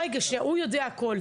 רגע, שנייה, הוא יודע הכול.